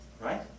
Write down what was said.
Right